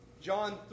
John